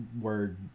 word